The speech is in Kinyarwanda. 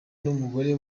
n’umugore